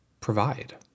provide